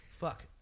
Fuck